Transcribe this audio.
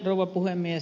rouva puhemies